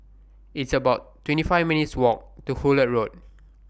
It's about twenty five minutes' Walk to Hullet Road